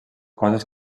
coses